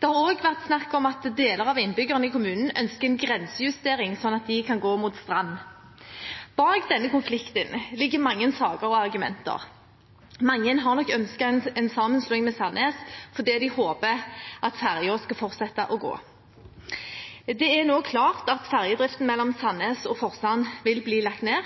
Det har også vært snakket om at deler av innbyggerne ønsker en grensejustering, sånn at de kan gå mot Strand. Bak denne konflikten ligger mange saker og argumenter. Mange har nok ønsket en sammenslåing med Sandnes fordi de håper at ferja skal fortsette å gå. Det er nå klart at ferjedriften mellom Sandnes og Forsand vil bli lagt ned,